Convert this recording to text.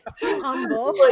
Humble